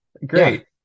great